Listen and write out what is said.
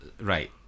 Right